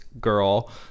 girl